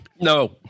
No